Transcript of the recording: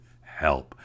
help